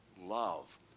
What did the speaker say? love